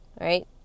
right